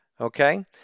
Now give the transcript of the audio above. Okay